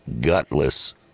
gutless